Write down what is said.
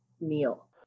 meal